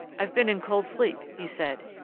i've been in cold-sleep, he said.